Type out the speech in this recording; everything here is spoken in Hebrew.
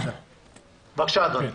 בבקשה, אדוני.